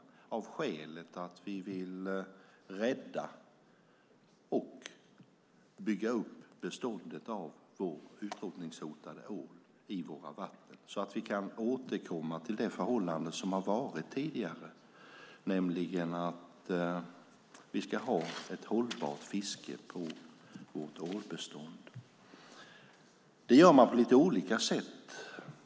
Skälet till det är att vi vill rädda och bygga upp beståndet av den utrotningshotade ålen i våra vatten så att vi kan ha ett hållbart fiske på vårt ålbestånd. Den här uppgiften fullgör man på lite olika sätt.